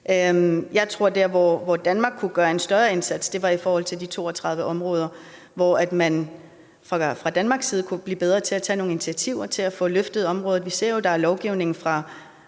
der, hvor Danmark kunne gøre en større indsats, var i forhold til de 32 områder, hvor man fra Danmarks side kunne blive bedre til at tage nogle initiativer til at få løftet området. Vi ser jo, at der er lovgivning fra